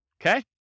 Okay